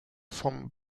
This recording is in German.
vom